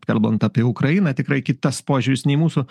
kalbant apie ukrainą tikrai kitas požiūris nei mūsų